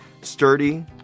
sturdy